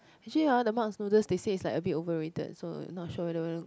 actually hor the Mark's noodles they said it's like a bit overrated so not sure whether you want to